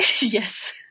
Yes